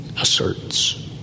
asserts